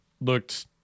looked